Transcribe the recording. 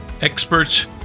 experts